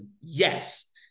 Yes